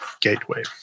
gateway